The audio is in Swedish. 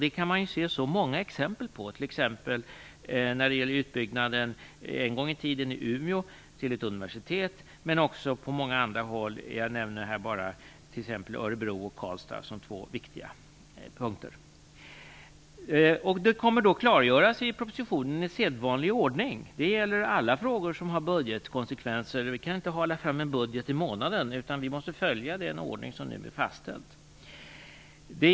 Ett av många exempel på detta är utbyggnaden till ett universitet i Umeå en gång i tiden. Också på många andra håll ser vi detta, jag nämner här bara I propositionen kommer detta att klargöras i sedvanlig ordning. Detsamma gäller alla frågor som har budgetkonsekvenser. Vi kan inte hala fram en budget i månaden, utan vi måste följa den ordning som nu är fastställd.